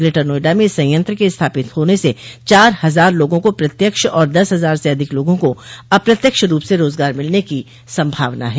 greater Noida में इस संयंत्र के स्थापित होने से चार हजार लोगों को प्रत्यक्ष और दस हजार से अधिक लोगों को अप्रत्यक्ष रूप से रोजगार मिलने की संभावना है